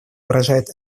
выражает